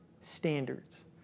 standards